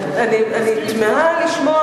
אני תמהה לשמוע,